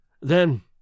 Then